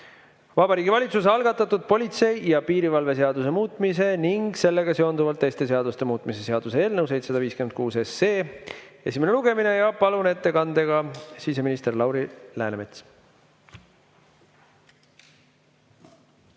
Vabariigi Valitsuse algatatud politsei ja piirivalve seaduse muutmise ning sellega seonduvalt teiste seaduste muutmise seaduse eelnõu 756 esimene lugemine. Palun ettekandeks siia siseminister Lauri Läänemetsa.